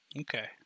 Okay